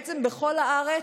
בעצם בכל הארץ,